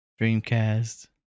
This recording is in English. Dreamcast